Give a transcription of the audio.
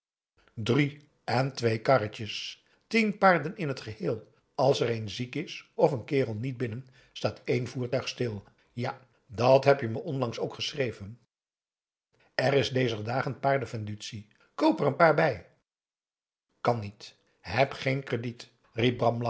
drie en twee karretjes tien paarden in t geheel als er een ziek is of een kerel niet binnen staat één voertuig stil ja dat heb je me onlangs ook geschreven er is dezer dagen paardenvendutie koop er n paar bij kan niet heb geen crediet riep